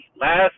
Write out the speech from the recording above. Last